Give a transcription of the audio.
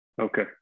Okay